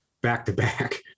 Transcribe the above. back-to-back